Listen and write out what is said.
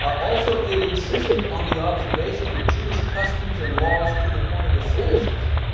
also, it insisted on the observation of jewish customs and laws to the point of asceticism.